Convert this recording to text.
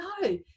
no